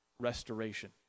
restoration